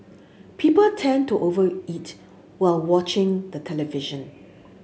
people tend to over eat while watching the television